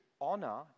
honor